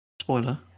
Spoiler